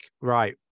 right